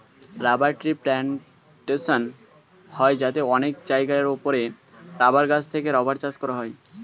rubber tree plantation হয় যাতে অনেক জায়গার উপরে রাবার গাছ থেকে রাবার চাষ করা হয়